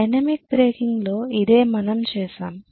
dynamic బ్రేకింగ్లో ఇదే మనం చేసాము